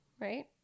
right